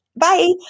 Bye